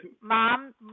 mom